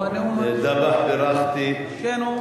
אני את דבאח בירכתי, כן, הנאום הראשון.